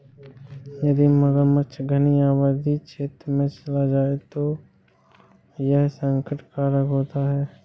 यदि मगरमच्छ घनी आबादी क्षेत्र में चला जाए तो यह संकट कारक होता है